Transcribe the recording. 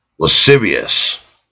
Lascivious